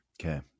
Okay